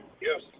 Yes